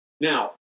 Now